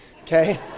Okay